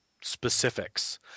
specifics